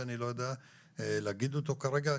שאני לא יודע להגיד אותו כרגע,